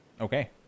Okay